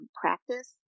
practice